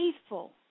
faithful